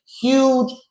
huge